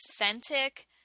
authentic